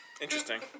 Interesting